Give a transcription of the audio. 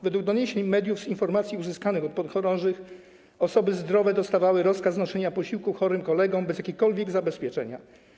Według doniesień mediów, z informacji uzyskanych od podchorążych, osoby zdrowe dostawały rozkaz noszenia posiłków chorym kolegom bez jakiegokolwiek zabezpieczenia.